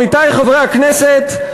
עמיתי חברי הכנסת,